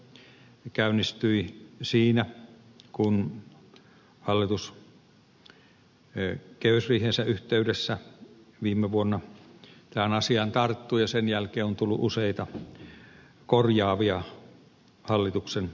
ne käynnistyivät siinä kun hallitus kehysriihensä yhteydessä viime vuonna tähän asiaan tarttui ja sen jälkeen on tullut useita korjaavia hallituksen esityksiä